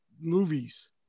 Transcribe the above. movies